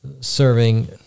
serving